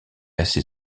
assez